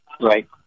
Right